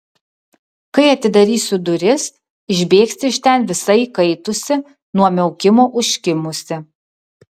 kai atidarysiu duris išbėgsi iš ten visa įkaitusi nuo miaukimo užkimusi